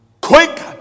quick